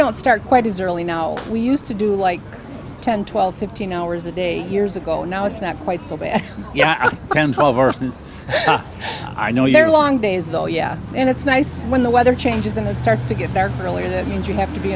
don't start quite as early now we used to do like ten twelve fifteen hours a day years ago now it's not quite so bad yeah i know your long days though yeah and it's nice when the weather changes and it starts to get dark earlier that means you have to be